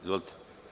Izvolite.